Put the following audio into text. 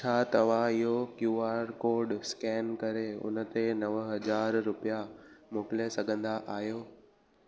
छा तव्हां इहो क्यू आर कोड स्केन करे उन ते नव हज़ार रुपिया मोकिले सघंदा आहियो